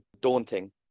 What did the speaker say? daunting